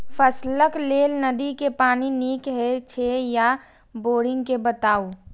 फसलक लेल नदी के पानी नीक हे छै या बोरिंग के बताऊ?